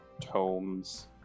tomes